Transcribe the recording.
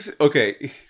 Okay